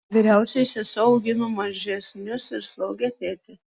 vyriausioji sesuo augino mažesnius ir slaugė tėtį